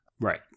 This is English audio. Right